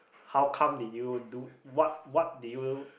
how come did you do what what did you